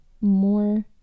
more